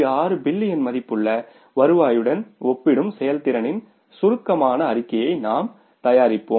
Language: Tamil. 6 பில்லியன் மதிப்புள்ள வருவாயுடன் ஒப்பிடும் செயல்திறனின் சுருக்கமான அறிக்கையை நாம் தயாரிப்போம்